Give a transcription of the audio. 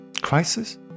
Crisis